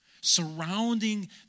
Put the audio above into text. surrounding